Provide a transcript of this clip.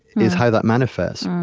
is how that manifests.